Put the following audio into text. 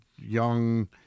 young